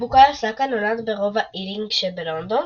בוקאיו סאקה נולד ברובע אילינג שבלונדון,